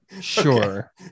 Sure